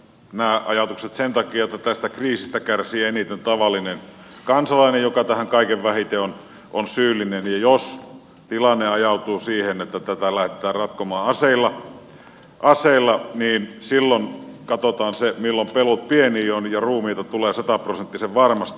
nämä ajatukset sen takia että tästä kriisistä kärsii eniten tavallinen kansalainen joka tähän kaikkein vähiten on syyllinen ja jos tilanne ajautuu siihen että tätä lähdetään ratkomaan aseilla niin silloin katsotaan se milloin pelut pieniä on ja ruumiita tulee sataprosenttisen varmasti